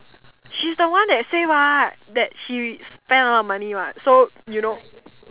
she's the one that says what that she spend a lot of money what so you know